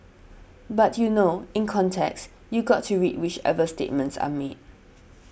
but you know in context you got to read whichever statements are made